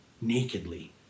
nakedly